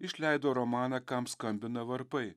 išleido romaną kam skambina varpai